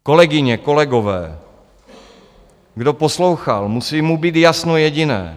Kolegyně, kolegové, kdo poslouchal, musí mu být jasno jediné.